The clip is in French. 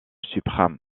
suprême